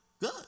Good